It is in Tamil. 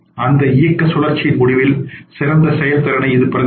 அந்த இயக்க சுழற்சியின் முடிவில் சிறந்த செயல்திறனை இது பிரதிபலிக்கும்